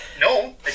no